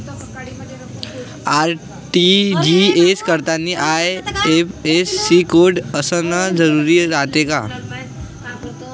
RTGS करतांनी IFSC code असन जरुरी रायते का?